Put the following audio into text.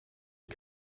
die